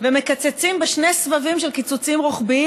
ומקצצים בשני סבבים של קיצוצים רוחביים